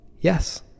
Yes